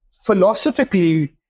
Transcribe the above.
philosophically